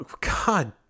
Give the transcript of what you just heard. God